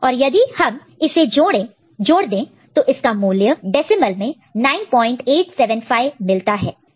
और यदि हम इसे जोड़ ऐड add दें तो इसका मूल्य डेसिमल में 9875 मिलता है